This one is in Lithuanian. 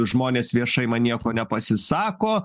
žmonės viešai man nieko nepasisako